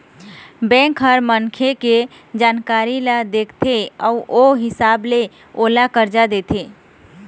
bank ह मनखे के जानकारी ल देखथे अउ ओ हिसाब ले ओला करजा देथे